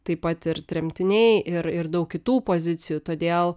taip pat ir tremtiniai ir ir daug kitų pozicijų todėl